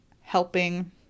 helping